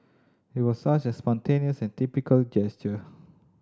it was such a spontaneous and typical gesture